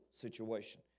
situation